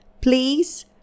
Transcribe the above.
please